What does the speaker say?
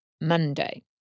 Monday